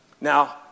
Now